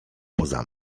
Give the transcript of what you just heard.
poza